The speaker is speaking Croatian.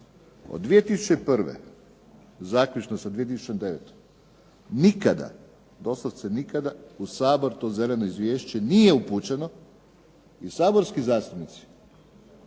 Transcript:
Od 2001. zaključno sa 2009. nikada, doslovce nikada u Sabor to zeleno izvješće nije upućeno i saborski zastupnici